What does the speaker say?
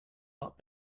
lot